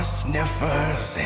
sniffers